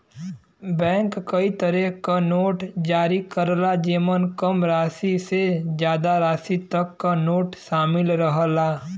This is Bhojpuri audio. बैंक कई तरे क नोट जारी करला जेमन कम राशि से जादा राशि तक क नोट शामिल रहला